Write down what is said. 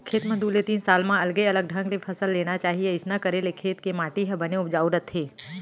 खेत म दू ले तीन साल म अलगे अलगे ढंग ले फसल लेना चाही अइसना करे ले खेत के माटी ह बने उपजाउ रथे